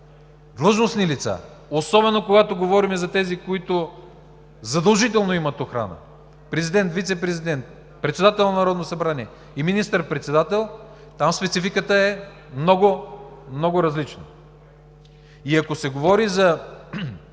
длъжностни лица, особено когато говорим за тези, които задължително имат охрана – президент, вицепрезидент, председател на Народното събрание и министър‑председател – там спецификата е много, много различна. И ако се говори за